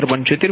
165 p